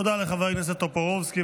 תודה לחבר הכנסת טופורובסקי.